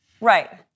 Right